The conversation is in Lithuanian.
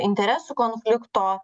interesų konflikto